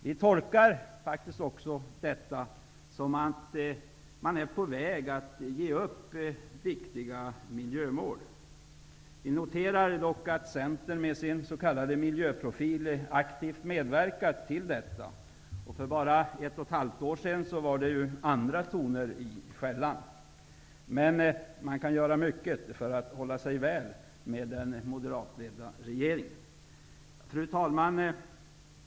Vi tolkar också detta som att man är på väg att ge upp viktiga miljömål. Vi noterar också att Centern med sin s.k. miljöprofil aktivt medverkat till detta. För bara ett och ett halvt år sedan var det andra toner i skällan. Man kan göra mycket för att hålla sig väl med den moderatledda regeringen. Fru talman!